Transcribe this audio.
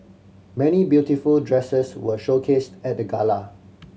many beautiful dresses were showcased at the gala